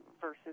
Versus